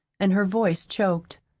and her voice choked.